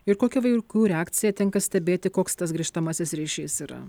ir kokią vaikų reakciją tenka stebėti koks tas grįžtamasis ryšys yra